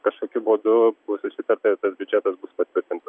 kažkokiu būdu bus susitarta ir tas biudžetas bus patvirtintas